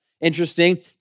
interesting